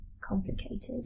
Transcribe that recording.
complicated